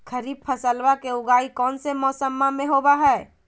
खरीफ फसलवा के उगाई कौन से मौसमा मे होवय है?